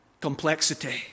complexity